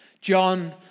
John